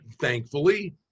thankfully